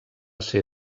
ser